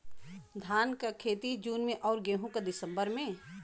धान क खेती जून में अउर गेहूँ क दिसंबर में?